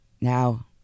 now